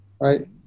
right